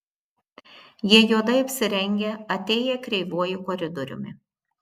jie juodai apsirengę atėję kreivuoju koridoriumi